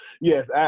yes